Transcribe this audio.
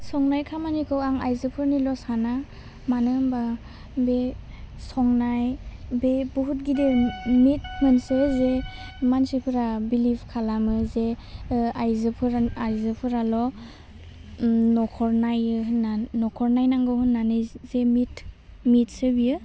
संनाय खामानिखौ आं आइजोफोरनिल' साना मानो होमबा बे संनाय बे बहुथ गिदिर मिथ मोनसे जे मानसिफ्रा बिलिफ खालामो जे ओह आइजोफोर आइजोफोराल' ओम न'खर नायो होन्ना न'खर नायनांगौ होन्नानै जे मिथ मिथसो बेयो